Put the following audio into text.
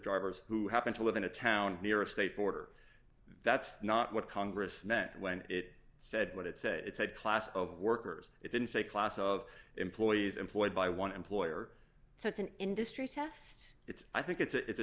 drivers who happen to live in a town near a state border that's not what congress met when it said what it said it said class of workers it didn't say class of employees employed by one employer so it's an industry test it's i think it's a test a